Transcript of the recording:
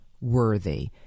worthy